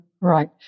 Right